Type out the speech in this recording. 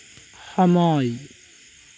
সময়